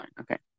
Okay